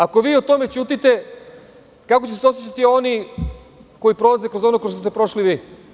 Ako vi o tome ćutite, kako će se osećati oni koji prolaze kroz ono kroz šta ste prošli vi.